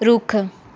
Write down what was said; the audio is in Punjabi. ਰੁੱਖ